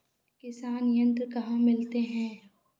किसान यंत्र कहाँ मिलते हैं?